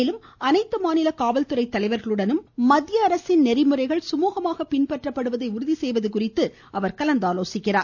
மேலும் அனைத்து மாநில காவல்துறை தலைவர்களுடனும் மத்திய அரசின் நெறிமுறைகள் சுமூகமாக பின்பற்றப்படுவதை உறுதி செய்வது குறித்து அவர் கலந்தாலோசிக்கிறார்